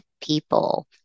people